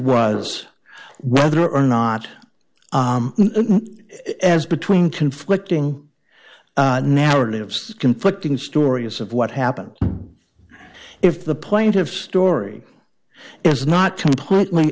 was whether or not as between conflicting narratives conflicting stories of what happens if the plaintiffs story is not completely